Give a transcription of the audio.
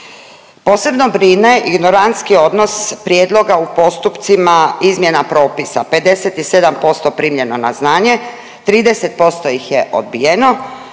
Posebno brine ignorantski odnos prijedloga u postupcima izmjena propisa, 57% primljeno na znanje, 30% ih je odbijeno